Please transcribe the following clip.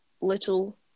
little